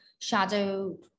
shadow